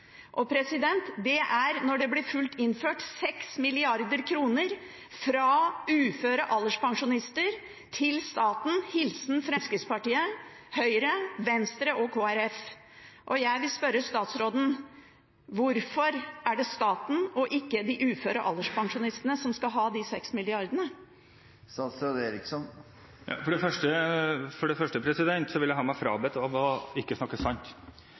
Det er, når det blir fullt innført, 6 mrd. kr fra uføre alderspensjonister til staten – hilsen Fremskrittspartiet, Høyre, Venstre og Kristelig Folkeparti. Jeg vil spørre statsråden: Hvorfor er det staten, og ikke de uføre alderspensjonistene, som skal ha de seks milliardene? For det første vil jeg ha meg frabedt å ikke snakke sant.